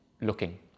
looking